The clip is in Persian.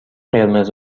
قرمز